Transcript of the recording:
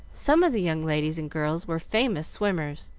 some of the young ladies and girls were famous swimmers,